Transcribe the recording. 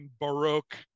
Baroque